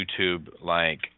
YouTube-like